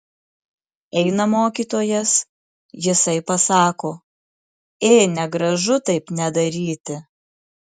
eina mokytojas jisai pasako ė negražu taip nedaryti